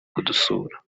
kudusura